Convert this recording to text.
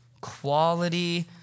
Quality